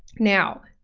now,